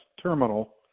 terminal